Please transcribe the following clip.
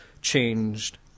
changed